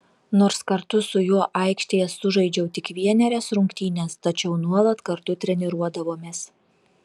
nors kartu su juo aikštėje sužaidžiau tik vienerias rungtynes tačiau nuolat kartu treniruodavomės